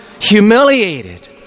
humiliated